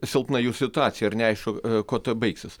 silpna jų situacija ir neaišku kuo tai baigsis